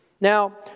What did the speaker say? Now